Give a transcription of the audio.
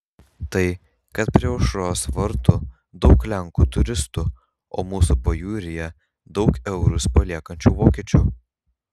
tai kad prie aušros vartų daug lenkų turistų o mūsų pajūryje daug eurus paliekančių vokiečių